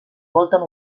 bolton